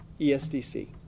ESDC